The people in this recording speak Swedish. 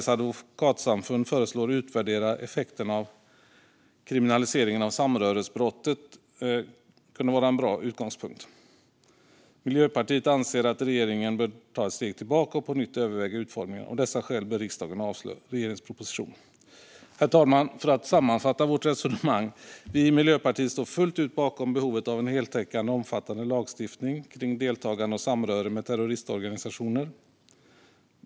Att utvärdera effekterna av kriminaliseringen av samröresbrottet, som Sveriges advokatsamfund föreslår, kunde vara en bra utgångspunkt. Miljöpartiet anser att regeringen bör ta ett steg tillbaka och på nytt överväga utformningen. Av dessa skäl bör riksdagen avslå regeringens proposition. Herr talman! För att sammanfatta vårt resonemang: Vi i Miljöpartiet står fullt ut bakom behovet av en heltäckande och omfattande lagstiftning kring deltagande i och samröre med terroristorganisationer.